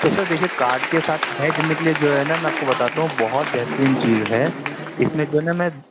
تو سر دیکھیے کارڈ کے ساتھ بھیجنے کے لیے جو ہے نا میں بتاتا ہوں بہت بہترین چیز ہے اس میں جو ہے نا میں